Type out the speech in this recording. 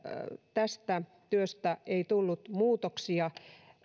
tästä työstä tullut muutoksia